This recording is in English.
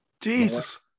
Jesus